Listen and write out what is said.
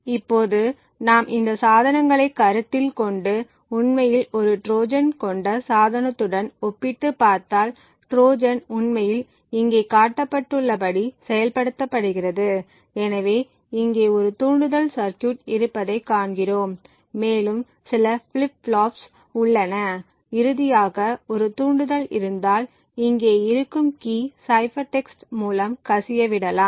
இப்போது நாம் இந்த சாதனங்களைக் கருத்தில் கொண்டு உண்மையில் ஒரு ட்ரோஜன் கொண்ட ஒரு சாதனத்துடன் ஒப்பிட்டுப் பார்த்தால் ட்ரோஜன் உண்மையில் இங்கே காட்டப்பட்டுள்ளபடி செயல்படுத்தப்படுகிறது எனவே இங்கே ஒரு தூண்டுதல் சர்கியூட் இருப்பதைக் காண்கிறோம் மேலும் சில ஃபிளிப் ஃப்ளாப்புகள் உள்ளன இறுதியாக ஒரு தூண்டுதல் இருந்தால் இங்கே இருக்கும் கீ சைபர் டெக்ஸ்ட் மூலம் கசியவிடலாம்